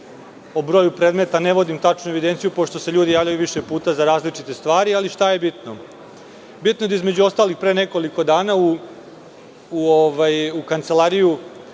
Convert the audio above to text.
O broju predmeta ne vodim tačnu evidenciju, pošto se ljudi javljaju više puta za različite stvari, ali šta je bitno? Bitno je da je, između ostalih, pre nekoliko dana u kancelariju